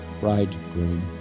bridegroom